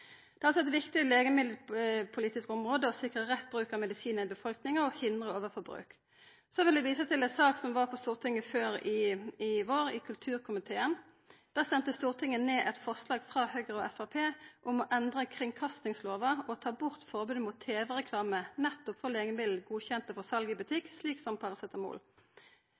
Det er altså eit viktig legemiddelpolitisk område å sikra rett bruk av medisin i befolkninga og hindra overforbruk. Så vil eg visa til ei sak som var oppe i Stortinget før i vår, i kulturkomiteen. Då stemte Stortinget ned eit forslag frå Høgre og Framstegspartiet om å endra kringkastingslova og ta bort forbodet mot tv-reklame nettopp for legemiddel godkjende for sal i butikk, slik som